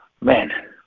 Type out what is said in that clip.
Man